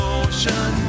ocean